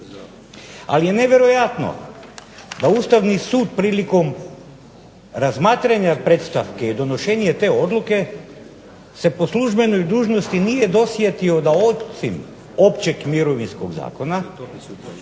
Ali je nevjerojatno da Ustavni sud prilikom razmatranja predstavke i donošenje te odluke se po službenoj dužnosti nije dosjetio da osim općeg mirovinskog zakona rodna